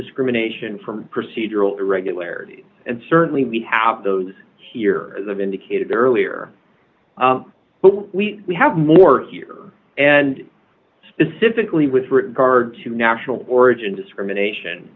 discrimination from procedural irregularities and certainly we have those here that indicated earlier what we we have more here and specifically with regard to national origin discrimination